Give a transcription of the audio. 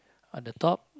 on the top